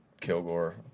Kilgore